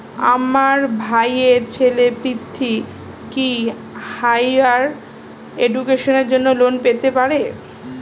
আমার ভাইয়ের ছেলে পৃথ্বী, কি হাইয়ার এডুকেশনের জন্য লোন পেতে পারে?